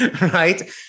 Right